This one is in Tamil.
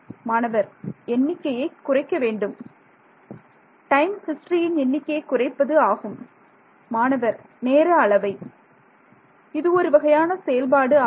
மாணவர் எண்ணிக்கையை குறைக்க வேண்டும் டைம் ஹிஸ்டரியின் எண்ணிக்கையை குறைப்பது ஆகும் மாணவர் நேர அளவை இது ஒருவகையான செயல்பாடு ஆகும்